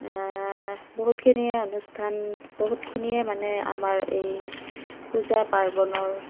বহুতখিনিয়ে অনুষ্ঠান বহুতখিনিয়ে মানে আমাৰ এই পূজা পাৰ্বণৰ